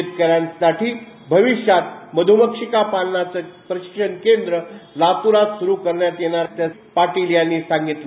शेतकऱ्यांसाठी भविष्यात मध्रमक्षिका पालनांच प्रशिक्षण केंद्र लातूरात स्ररू करण्यात येणार असल्याचं पाटील यांनी सांगितलं